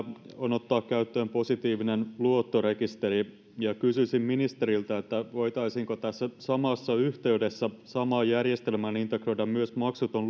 on ottaa käyttöön positiivinen luottorekisteri ja kysyisin ministeriltä voitaisiinko tässä samassa yhteydessä samaan järjestelmään integroida myös maksuton